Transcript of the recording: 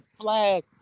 flag